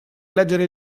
leggere